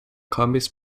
kombis